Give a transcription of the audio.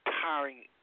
tiring